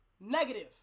negative